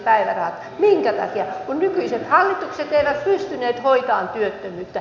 kun nykyiset hallitukset eivät pystyneet hoitamaan työttömyyttä